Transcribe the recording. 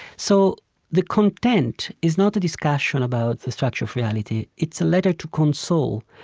so the content is not a discussion about the structure of reality. it's a letter to console.